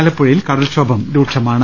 ആലപ്പുഴയിൽ കടൽക്ഷോഭം രൂക്ഷമാണ്